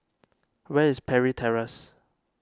where is Parry Terrace